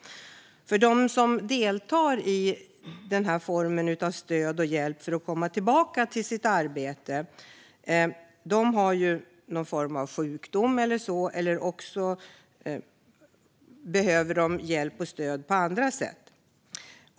De som deltar i denna form av stöd och hjälp för att komma tillbaka till sitt arbete har ju någon form av sjukdom, eller också behöver de hjälp och stöd på andra sätt.